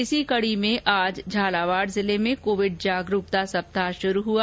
इसी कड़ी में आज झालावाड़ जिले में कोविड जागरुकता सप्ताह का शुभारंभ हुआ